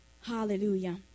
Hallelujah